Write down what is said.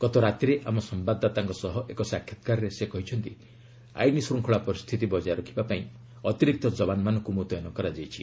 ଗତ ରାତିରେ ଆମ ସମ୍ଭାଦଦାତାଙ୍କ ସହ ଏକ ସାକ୍ଷାତକାରରେ ସେ କହିଛନ୍ତି' ଆଇନ ଶ୍ରୁଙ୍ଗଳା ପରିସ୍ଥିତି ବଜାୟ ରଖିବା ପାଇଁ ଅତିରିକ୍ତ କବାନମାନଙ୍କୁ ମୁତ୍ୟନ କରାଯାଇଛି